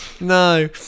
No